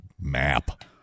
map